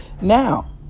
now